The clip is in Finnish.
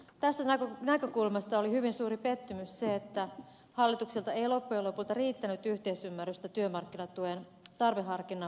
tästä näkökulmasta oli hyvin suuri pettymys se että hallitukselta ei lopulta riittänyt yhteisymmärrystä työmarkkinatuen tarveharkinnan poistamiselle